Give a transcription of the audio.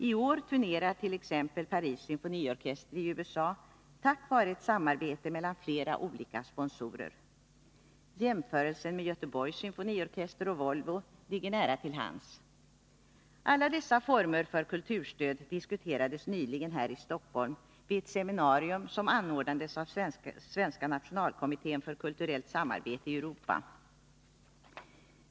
I år turnerar t.ex. Paris symfoniorkester i USA tack vare ett samarbete mellan flera olika sponsorer. Jämförelsen med Göteborgs symfoniorkester och Volvo ligger nära till hands. Alla dessa former för kulturstöd diskuterades nyligen här i Stockholm vid ett seminarium som anordnades av Svenska nationalkommittén för kulturellt samarbete i Europa.